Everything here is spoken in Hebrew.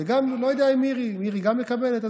וגם, אני לא יודע אם מירי, גם מירי מקבלת?